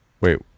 Wait